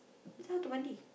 this one how to mandi